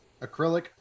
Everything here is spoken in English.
acrylic